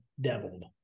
deviled